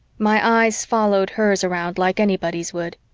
my eyes followed hers around like anybody's would.